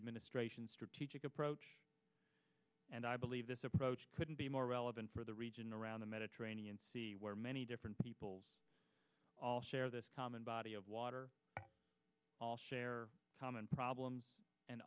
administration's strategic approach and i believe this approach couldn't be more relevant for the region around the mediterranean sea where many different peoples all share this common body of water all share common problems and